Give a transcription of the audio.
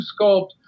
sculpt